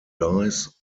dies